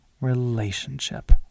relationship